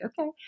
okay